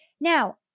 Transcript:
Now